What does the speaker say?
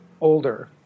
older